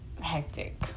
hectic